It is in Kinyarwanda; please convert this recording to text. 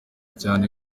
cyane